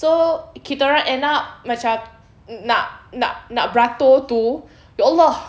so kita orang end up macam nak nak nak beratur tu ya allah